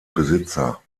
besitzer